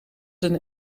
een